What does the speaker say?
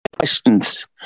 Questions